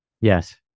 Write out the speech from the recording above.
Yes